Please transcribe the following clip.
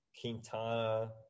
Quintana